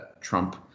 Trump